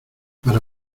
para